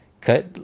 cut